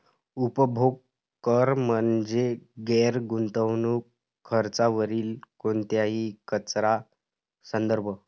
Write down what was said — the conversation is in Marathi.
उपभोग कर म्हणजे गैर गुंतवणूक खर्चावरील कोणत्याही कराचा संदर्भ